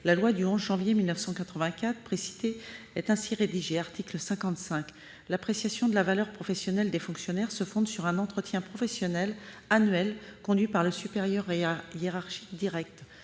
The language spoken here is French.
de loi du 11 janvier 1984 précitée est ainsi rédigé :« L'appréciation de la valeur professionnelle des fonctionnaires se fonde sur un entretien professionnel annuel conduit par le supérieur hiérarchique direct.